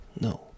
no